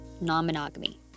non-monogamy